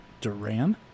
Duran